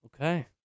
Okay